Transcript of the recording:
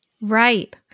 Right